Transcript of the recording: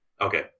Okay